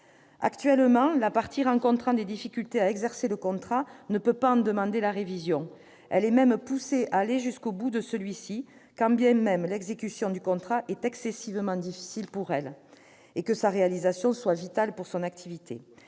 Actuellement, la partie rencontrant des difficultés à exercer le contrat ne peut en demander la révision. Elle est même poussée à aller jusqu'au bout de celui-ci, quand bien même l'exécution du contrat est excessivement difficile pour elle et sa réalisation vitale pour son activité.